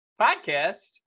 podcast